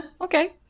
Okay